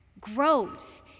grows